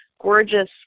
gorgeous